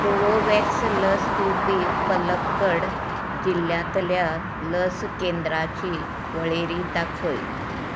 कोवोवॅक्स लस दिवपी पलक्कड जिल्ल्यांतल्या लस केंद्राची वळेरी दाखय